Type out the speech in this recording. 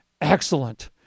excellent